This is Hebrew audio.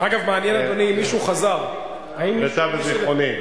נחרתה בזיכרוני.